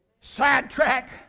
sidetrack